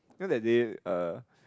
you know that day uh